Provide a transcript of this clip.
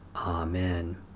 Amen